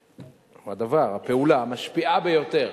הפעולה המשפיעה ביותר